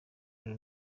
uru